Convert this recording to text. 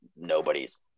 nobody's